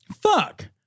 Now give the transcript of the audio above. Fuck